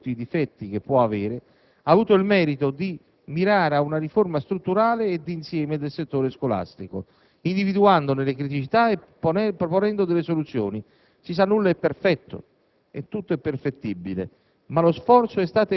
La riforma Moratti, con tutti i suoi pregi, ma anche con tutti i difetti che può avere, ha avuto il merito di mirare a una riforma strutturale e d'insieme del settore scolastico, individuandone le criticità e proponendo delle soluzioni. Si sa, nulla è perfetto